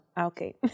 Okay